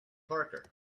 parker